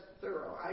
thorough